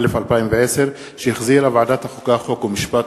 התשע"א 2010, שהחזירה ועדת החוקה, חוק ומשפט.